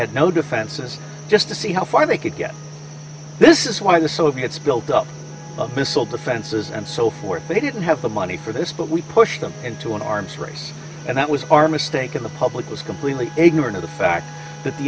had no defenses just to see how far they could get this is why the soviets built up a missile defenses and so forth they didn't have the money for this but we pushed them into an arms race and that was our mistake of the public was completely ignorant of the fact that the